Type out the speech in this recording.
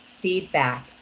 feedback